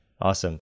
awesome